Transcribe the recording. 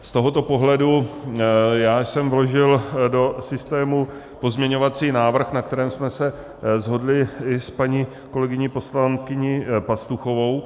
Z tohoto pohledu já jsem vložil do systému pozměňovací návrh, na kterém jsme se shodli i s paní kolegyní poslankyní Pastuchovou.